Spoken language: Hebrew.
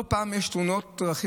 לא פעם יש תאונות דרכים,